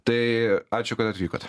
tai ačiū kad atvykot